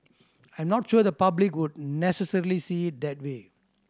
I'm not sure the public would necessarily see that way